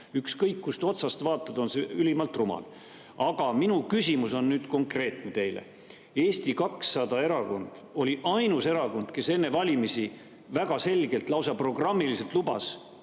Ükskõik kust otsast vaatad, on see ülimalt rumal. Aga minu küsimus teile on konkreetne. Erakond Eesti 200 oli ainus erakond, kes enne valimisi väga selgelt, lausa oma programmis lubas,